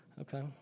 Okay